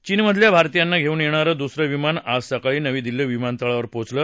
चीनमधल्या भारतीयांना घेऊन येणारं दूसरं विमान आज सकाळी नवी दिल्ली विमानतळावर पोचलं